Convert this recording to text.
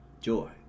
joy